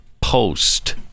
Post